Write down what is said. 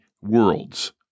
worlds